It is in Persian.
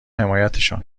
حمایتشان